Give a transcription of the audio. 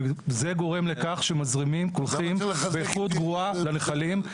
זה גורם לכך שמזרימים קולחין באיכות גרועה לנחלים,